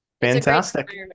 Fantastic